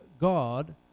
God